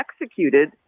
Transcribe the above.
executed